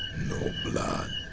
no blood,